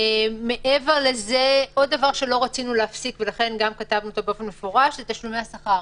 עוד דבר שלא רצינו להפסיק - תשלומי השכר.